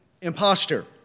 imposter